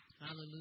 Hallelujah